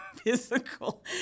physical